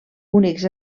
únics